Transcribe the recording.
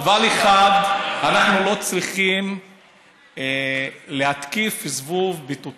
"אבל" אחד, אנחנו לא צריכים להתקיף זבוב בתותחים.